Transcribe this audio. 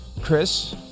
Chris